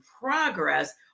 progress